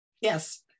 yes